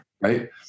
Right